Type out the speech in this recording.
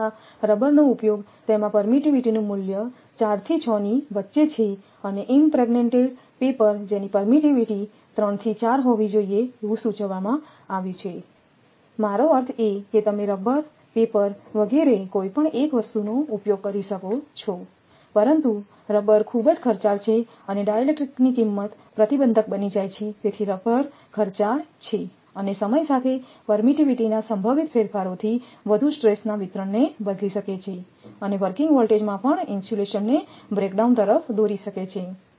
તેમ છતાં રબરનો ઉપયોગ તેમાં પરમિટિવીટીનું મૂલ્ય 4 થી 6 ની વચ્ચે છે અને ઈમપ્રેગ્નેટેડ પેપર જેની પરમિટિવીટી 3 થી 4 હોવી જોઈએ એવું સૂચવવામાં આવ્યું છે મારો અર્થ એ છે કે તમે રબર પેપર વગેરે કોઈપણ એક વસ્તુનો ઉપયોગ કરી શકો છો પરંતુ રબર ખૂબ જ ખર્ચાળ છે અને ડાઇલેક્ટ્રિકની કિંમત પ્રતિબંધક બની જાય છે તેથી રબર ખર્ચાળ છે અને સમય સાથે પરમિટિવીટીના સંભવિત ફેરફારોથી વધુ સ્ટ્રેસના વિતરણને બદલી શકે છે અને વર્કિંગ વોલ્ટેજમાં પણ ઇન્સ્યુલેશનને બ્રેકડાઉન તરફ દોરી શકે છે